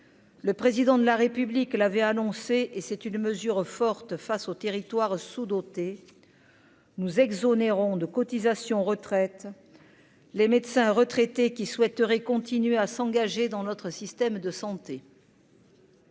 le président de la République l'avait annoncé et c'est une mesure forte face aux territoires sous-dotés, nous exonérant de cotisations retraite les médecins retraités qui souhaiteraient continuer à s'engager dans notre système de santé.